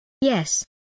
Yes